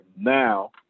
Now